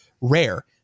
rare